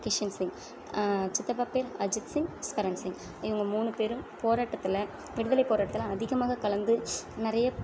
கிஷன்சிங் சித்தப்பா பேர் அஜித்சிங் சரண் சிங் இவங்க மூணு பேரும் போராட்டத்தில் விடுதலைப் போராட்டத்தில் அதிகமாகக் கலந்து நிறைய